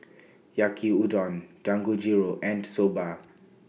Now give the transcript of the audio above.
Yaki Udon Dangojiru and Soba